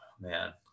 Man